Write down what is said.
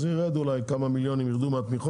אז יירדו אולי כמה מיליונים מהתמיכות,